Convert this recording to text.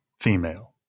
female